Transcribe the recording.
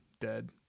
dead